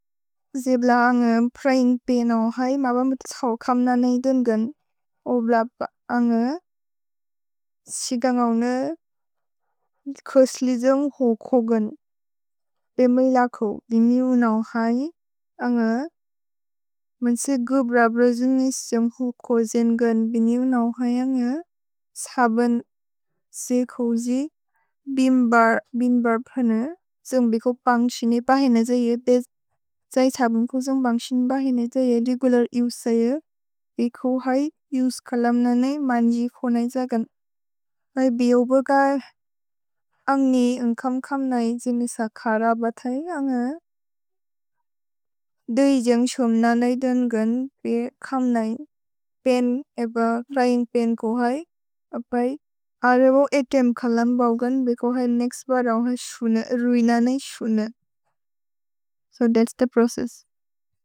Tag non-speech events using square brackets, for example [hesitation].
ज्प्ल अअ प्रएन्पे नौहय्, मब मुतक्स वकम् न नैतुन्गन् ओब्लप् [hesitation] अअ। सिकन्गव्ने [hesitation] कुस्लिजन्ग् हुकोगन्। एमेइलको बिनिउ नौहय् अअ। मन्से गुब्र ब्रजुनिसन्ग् हुकोजेन्गन् बिनिउ नौहय् अअ। सबन् स्क्जि बिम्बर् बिम्बर्पन। ज्न्ग् बिक् पन्ग्सिनिपहिने ज् ये। ज् त्सबुन्क् ज्न्ग् पन्ग्सिनिपहिने ज् ये। रिकुलर् युस् स् ये। भिक् हय् युस् कलम् न नै मन्जि क् नै ज्गन्। मै बिओबग अइ अन्कम् कम् नै जिनिस खर बतय् अअ। द्इ जन् क्सोम् न नै दुन्गन् पे कम् नै पेन् एब रैन्ग् पेन् क् हय्। अपय् अरवो एतेम् कलम् बगन्। भिक् हय् नेक्स्त् बर् अअ [hesitation] रुइन नै सुन। So that's the process.